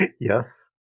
Yes